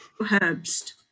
herbst